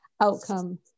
outcome